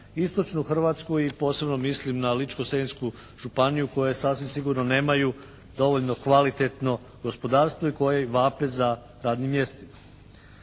istočnu Hrvatsku i posebno mislim na Ličko-senjsku županiju u kojoj sasvim sigurno nemaju dovoljno kvalitetno gospodarstvo i koje vapi za radnim mjestima.